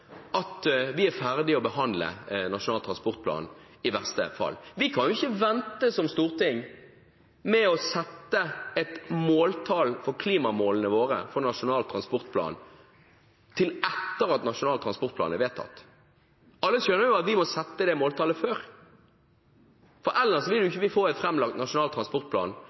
at vi er ferdig med å behandle Nasjonal transportplan, i verste fall. Vi kan ikke som storting vente med å sette et måltall for klimamålene våre for Nasjonal transportplan, til etter at Nasjonal transportplan er vedtatt. Alle skjønner at vi må sette det måltallet før, for ellers vil vi ikke få en framlagt Nasjonal transportplan